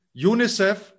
UNICEF